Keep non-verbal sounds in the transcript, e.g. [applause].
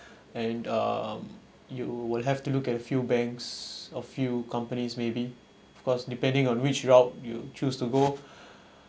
and um you will have to look at a few banks a few companies maybe cause depending on which route you choose to go [breath]